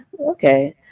okay